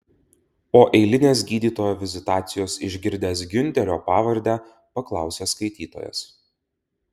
po eilinės gydytojo vizitacijos išgirdęs giunterio pavardę paklausė skaitytojas